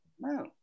No